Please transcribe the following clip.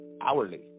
hourly